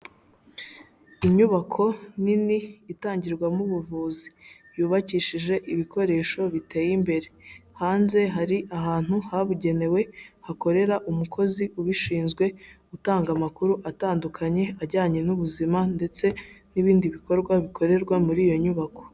Inyubako nini itangirwamo ubuvuzi yubakishije ibikoresho biteye imbere, hanze hari ahantu habugenewe hakorera umukozi ubishinzwe, utanga amakuru atandukanye ajyanye n'ubuzima ndetse n'ibindi bikorwa bikorerwa muri iyo nyubako.